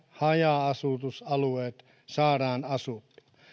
haja asutusalueet saadaan asuttua